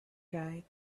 guy